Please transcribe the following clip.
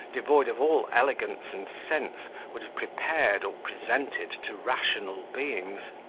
devoid of all elegance and sense, would have prepared, or presented to rational beings.